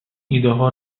ایدهها